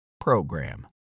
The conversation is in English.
program